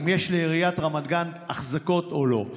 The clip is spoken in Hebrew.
אם יש לעיריית רמת גן אחזקות או לא.